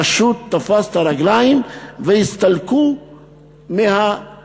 פשוט תפסו את הרגליים והסתלקו מהוועדה.